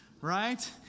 right